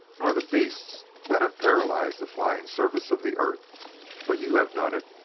nor the beasts that have paralyzed the flying service of the earth but you have done it.